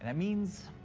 and means